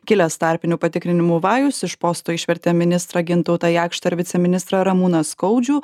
kilęs tarpinių patikrinimų vajus iš posto išvertė ministrą gintautą jakštą ir viceministrą ramūną skaudžių